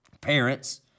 Parents